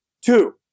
Two